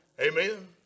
Amen